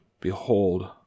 Behold